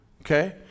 Okay